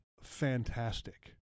fantastic